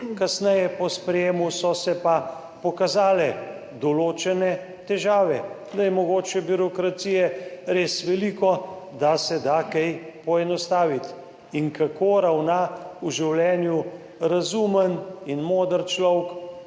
Kasneje po sprejetju so se pa pokazale določene težave, da je mogoče birokracije res veliko, da se da kaj poenostaviti. In kako ravna v življenju razumen in moder človek?